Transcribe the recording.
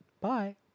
Bye